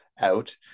out